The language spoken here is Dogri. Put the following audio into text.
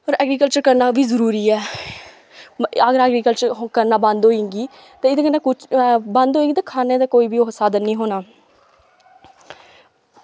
पर एग्रीकल्चर करना बी जरूरी ऐ अगर एग्रीकल्चर करना बंद होई जंगी ते एह्दे कन्नै कुछ बंद होई गी ते खाने दा कोई वि ओह् साधन निं होना